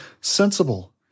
sensible